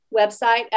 website